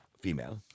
female